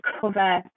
cover